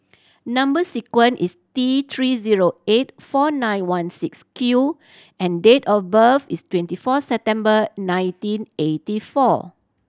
number sequence is T Three zero eight four nine one six Q and date of birth is twenty four September nineteen eighty four